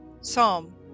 Psalm